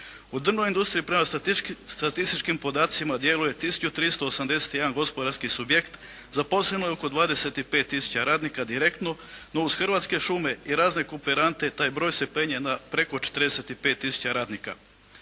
U drvnoj industriji prema statističkim podacima djeluje 1381 gospodarski subjekt. Zaposleno je oko 25 tisuća radnika direktno, no uz Hrvatske šume i razne kooperante taj broj se penje na preko 45 tisuća radnika.